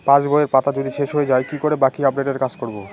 পাসবইয়ের পাতা যদি শেষ হয়ে য়ায় কি করে বাকী আপডেটের কাজ করব?